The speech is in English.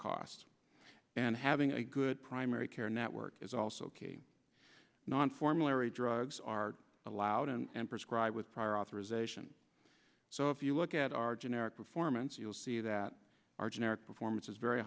costs and having a good primary care network is also key non formal or a drugs are allowed and prescribe with prior authorization so if you look at our generic performance you'll see that our generic performance is very